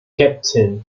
captain